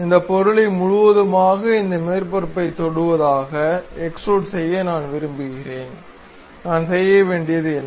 இந்த பொருளை முழுவதுமாக இந்த மேற்பரப்பைத் தொடுவதாக எக்ஸ்டுரூட் செய்ய நான் விரும்புகிறேன் நான் செய்ய வேண்டியது என்ன